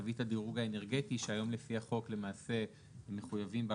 תווית הדירוג האנרגטי שהיום לפי החוק למעשה מחויבים בה